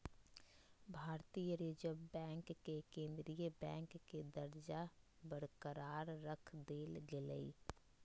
भारतीय reserve bank के केंद्रीय बैंक के दर्जा बरकरार रख देल गेलय